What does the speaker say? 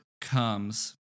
comes